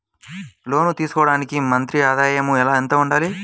లోను తీసుకోవడానికి మంత్లీ ఆదాయము ఎంత ఉండాలి?